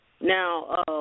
Now